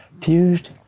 fused